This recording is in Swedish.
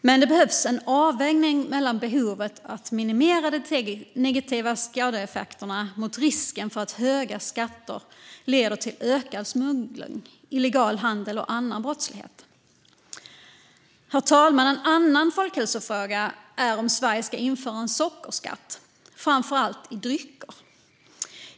Men det behövs en avvägning mellan behovet att minimera de negativa skadeeffekterna och risken för att höga skatter leder till ökad smuggling, illegal handel och annan brottslighet. Herr talman! En annan folkhälsofråga är om Sverige ska införa en sockerskatt, framför allt i drycker.